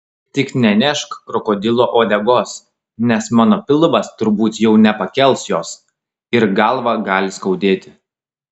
tik nenešk krokodilo uodegos nes mano pilvas turbūt jau nepakels jos ir galvą gali skaudėti